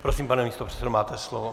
Prosím, pane místopředsedo, máte slovo.